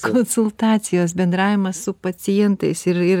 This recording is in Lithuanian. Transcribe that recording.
konsultacijos bendravimas su pacientais ir ir